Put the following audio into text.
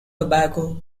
tobago